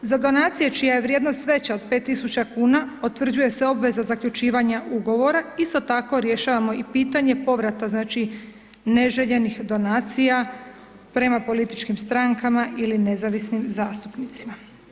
Za donacije čija je vrijednost veća od 5.000 kuna potvrđuje se obveza zaključivanja ugovora isto tako rješavamo i pitanje povrata znači neželjenih donacija prema političkim strankama ili nezavisnim zastupnicima.